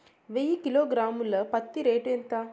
వెయ్యి కిలోగ్రాము ల పత్తి రేటు ఎంత?